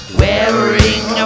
wearing